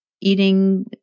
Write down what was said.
eating